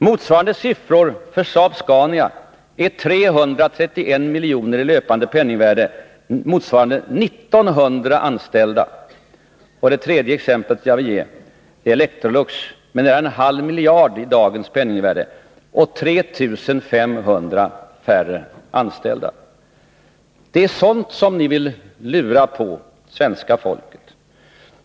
Motsvarande siffror för Saab-Scania är 331 miljoner i löpande penningvärde, vilket motsvarar 1 900 anställda. Det tredje exemplet som jag vill ge är siffrorna för Electrolux: nära en halv miljard i dagens penningvärde och 3 500 färre anställda. Det är sådant som ni vill lura på svenska folket.